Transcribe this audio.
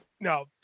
no